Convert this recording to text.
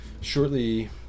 shortly